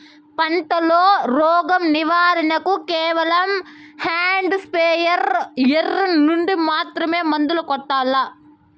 పంట లో, రోగం నివారణ కు కేవలం హ్యాండ్ స్ప్రేయార్ యార్ నుండి మాత్రమే మందులు కొట్టల్లా?